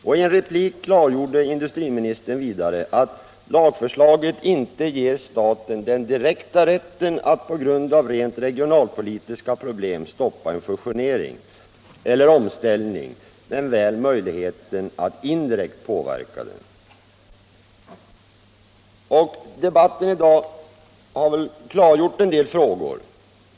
I en replik klargjorde industriministern vidare att lagförslaget inte ger staten den direkta rätten att på grund av rent regionalpolitiska problem stoppa en fusionering eller omställning men väl möjligheten att indirekt påverka den. Debatten i dag har klargjort en del frågor.